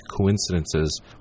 coincidences